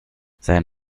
sein